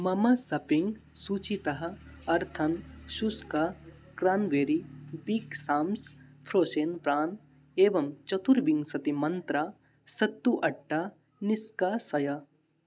मम सप्पिङ्ग् सूचीतः अर्थन् शुष्कः cranberry big Sam's frozen prawn एवं चतुर्विंशति मन्त्रा सत्तु आट्टा निष्कासय